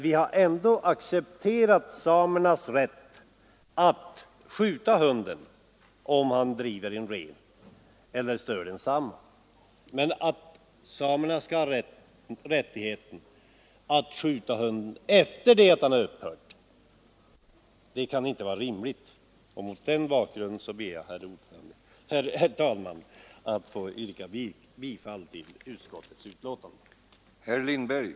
Vi har accepterat samernas rätt att skjuta hunden om den driver eller stör en ren men att samerna skall ha rättighet att skjuta hunden efter det att den upphört med ofredandet kan inte vara rimligt. Mot denna bakgrund ber jag, herr talman, att få yrka bifall till utskottets hemställan.